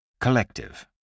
Collective